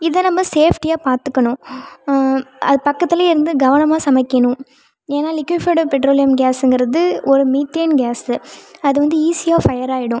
இத நம்ம சேஃப்டியாக பார்த்துக்கணும் அது பக்கத்துலேயே இருந்து கவனமாக சமைக்கணும் ஏன்னா லிக்கிஃபைடு பெட்ரோலியம் கேஸுங்கறது ஒரு மீத்தேன் கேஸு அது வந்து ஈஸியாக ஃபயராயிடும்